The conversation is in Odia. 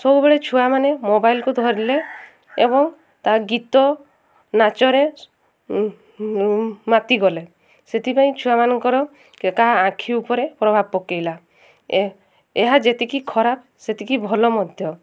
ସବୁବେଳେ ଛୁଆମାନେ ମୋବାଇଲ୍କୁ ଧରିଲେ ଏବଂ ତା ଗୀତ ନାଚରେ ମାତିଗଲେ ସେଥିପାଇଁ ଛୁଆମାନଙ୍କର କାହା ଆଖି ଉପରେ ପ୍ରଭାବ ପକାଇଲା ଏହା ଯେତିକି ଖରାପ ସେତିକି ଭଲ ମଧ୍ୟ